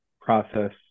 process